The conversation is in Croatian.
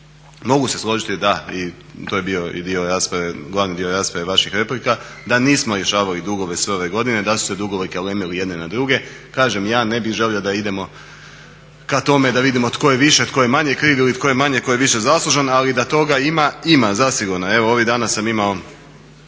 Mogu se složiti da i to je bio i dio rasprave, glavni dio rasprave vaših replika da nismo rješavali dugove sve ove godine, da su se dugovi kalemili jedni na druge. Kažem ja ne bi želio da idemo ka tome da vidimo tko je više a tko je manje kriv ili tko je manje ko je više zaslužan, ali da toga ima ima zasigurno. Evo ovih dana sam imamo